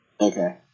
Okay